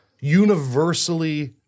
universally